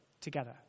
together